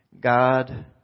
God